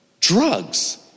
Drugs